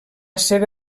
seva